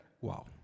Wow